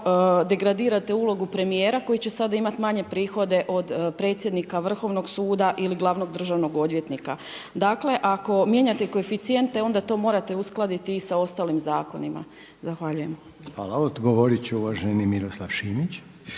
degradirate ulogu premijera koji će sada imati manje prihode od predsjednika Vrhovnog suda ili glavnog državnog odvjetnika. Dakle, ako mijenjate koeficijente onda to morate uskladiti i sa ostalim zakonima. Zahvaljujem. **Reiner, Željko (HDZ)** Hvala. Odgovorit će uvaženi Miroslav Šimić.